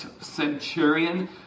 centurion